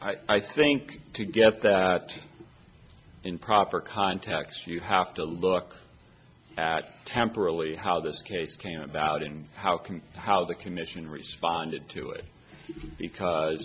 i think to get that in proper context you have to look at temporarily how this case came about and how can how the commission responded to it because